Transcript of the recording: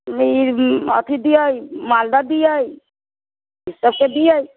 ई अथि दियै मालदह दियै की सबके दियै